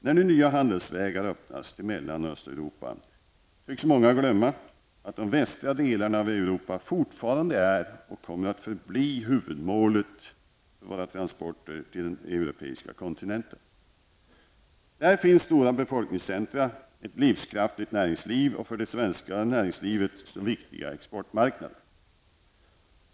När nu nya handelsvägar öppnas till Mellan och Östeuropa tycks många glömma att de västra delarna av Europa fortfarande är och kommer att förbli huvudmålet för våra transporter till den europeiska kontinenten. Där finns stora befolkningscentra, ett livskraftigt näringsliv och de för svenskt näringsliv så viktiga exportmarknaderna.